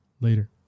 later